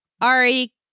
Ari